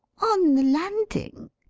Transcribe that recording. on the landing?